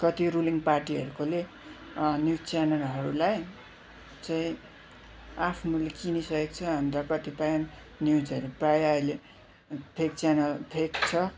कत्ति रुलिङ पार्टीहरूले न्युज च्यानलहरूलाई चाहिँ आफ्नोले किनिसकेको छ अन्त कतिपय न्युजहरू प्रायः अहिले फेक च्यानल फेक छ